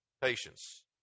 Patience